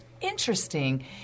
interesting